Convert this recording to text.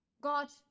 God